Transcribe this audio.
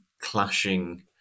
clashing